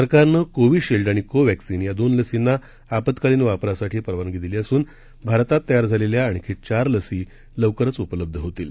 सरकारनं कोव्हीशिल्ड आणि कोव्हॅक्सीन या दोन लसींना आपत्कालीन वापरासाठी परवानगी दिली असून भारतात तयार झालेल्या आणखी चार लसी लवकरच उपलब्ध होतील